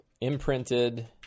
imprinted